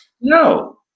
No